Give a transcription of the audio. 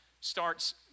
starts